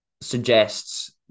suggests